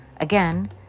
again